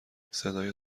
صدای